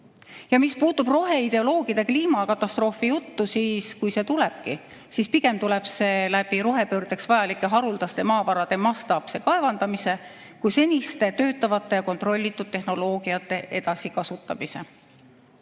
Ja mis puutub roheideoloogide kliimakatastroofi juttu, siis kui see tulebki, siis pigem tuleb see rohepöördeks vajalike haruldaste maavarade mastaapse kaevandamise tõttu, mitte seniste töötavate ja kontrollitud tehnoloogiate edasikasutamise